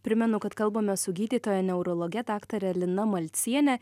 primenu kad kalbamės su gydytoja neurologe daktare lina malciene